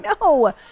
no